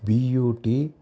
B U T